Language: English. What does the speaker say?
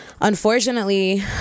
unfortunately